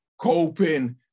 coping